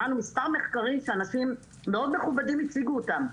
שמענו מחקרים שאנשים מאוד מכובדים הציגו אותם,